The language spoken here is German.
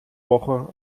woche